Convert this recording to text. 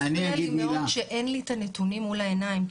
מפריע לי מאוד שאין לי את הנתונים מול העיניים.